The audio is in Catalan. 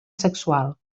sexual